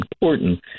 important